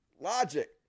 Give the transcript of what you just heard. logic